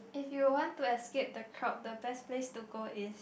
if you want to escape the crowd the best place to go is